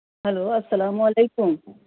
hello السلام علیکم